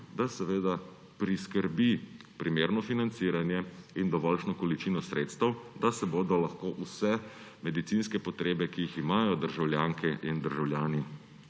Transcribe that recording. da seveda priskrbi primerno financiranje in dovoljšno količino sredstev, da se bodo lahko vse medicinske potrebe, ki jih imajo državljanke in državljani